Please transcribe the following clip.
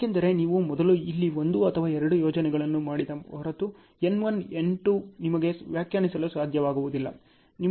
ಏಕೆಂದರೆ ನೀವು ಮೊದಲು ಇಲ್ಲಿ 1 ಅಥವಾ 2 ಯೋಜನೆಗಳನ್ನು ಮಾಡದ ಹೊರತು N1 N2 ನಿಮಗೆ ವ್ಯಾಖ್ಯಾನಿಸಲು ಸಾಧ್ಯವಾಗುವುದಿಲ್ಲ